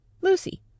Lucy